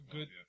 Good